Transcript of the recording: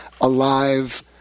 alive